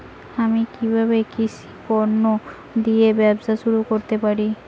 আমি কিভাবে কৃষি পণ্য দিয়ে ব্যবসা শুরু করতে পারি?